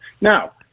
Now